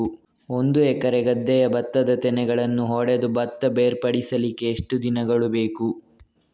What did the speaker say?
ಒಂದು ಎಕರೆ ಗದ್ದೆಯ ಭತ್ತದ ತೆನೆಗಳನ್ನು ಹೊಡೆದು ಭತ್ತ ಬೇರ್ಪಡಿಸಲಿಕ್ಕೆ ಎಷ್ಟು ದಿನಗಳು ಬೇಕು?